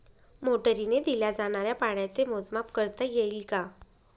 मोटरीने दिल्या जाणाऱ्या पाण्याचे मोजमाप करता येईल का?